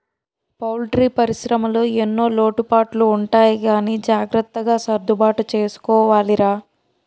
poultry పరిశ్రమలో ఎన్నో లోటుపాట్లు ఉంటాయి గానీ జాగ్రత్తగా సర్దుబాటు చేసుకోవాలిరా